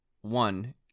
one